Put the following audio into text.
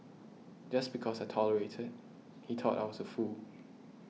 just because I tolerated he thought I was a fool